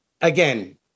again